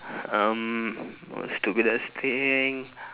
um most stupidest thing